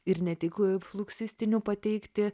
ir ne tik fluksistinių pateikti